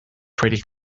pretty